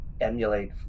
emulate